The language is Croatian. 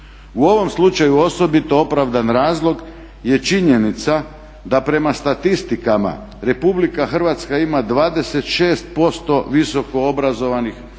U ovom slučaju osobito opravdan razlog je činjenica da prema statistikama RH ima 26% visoko obrazovanih u